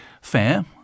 Fair